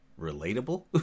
relatable